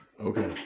Okay